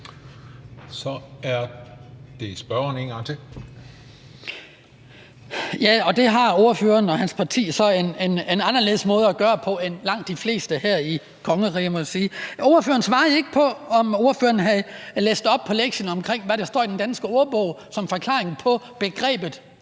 Kristian Skibby (DF): Ja, og det har ordføreren og hans parti så en anderledes måde at gøre på end langt de fleste her i kongeriget, må jeg sige. Ordføreren svarede ikke på, om han havde læst op på lektien, med hensyn til hvad der står i Den Danske Ordbog som forklaring på begrebet